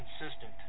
consistent